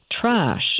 trash